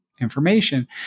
information